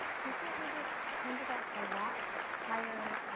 personal pages tend to get a lot higher.